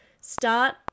start